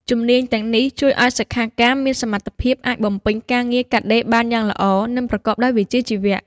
ជំនាញទាំងនេះជួយឱ្យសិក្ខាកាមមានសមត្ថភាពអាចបំពេញការងារកាត់ដេរបានយ៉ាងល្អ និងប្រកបដោយវិជ្ជាជីវៈ។